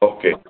okay